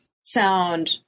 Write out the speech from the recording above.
sound